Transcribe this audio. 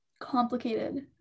complicated